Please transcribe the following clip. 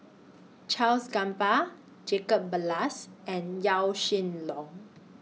Charles Gamba Jacob Ballas and Yaw Shin Leong